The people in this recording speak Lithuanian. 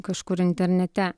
kažkur internete